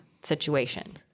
situation